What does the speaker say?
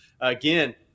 again